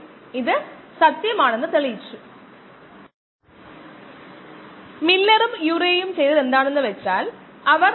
ജല ഇൻപുട്ടിന്റെ നിരക്ക് നമുക്കറിയാമെങ്കിൽ സമയം മാസ്സ് അലാതെ മറ്റൊന്നുമല്ല മാസ്സിനെ നിരക്കിനാൽ വിഭജിക്കുകയല്ലാതെ മറ്റൊന്നുമല്ല അതാണ് ഇത്